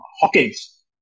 Hawkins